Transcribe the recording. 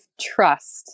trust